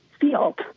field